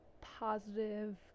positive